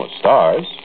stars